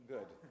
Good